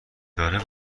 داره